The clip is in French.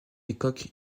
époque